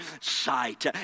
sight